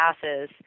passes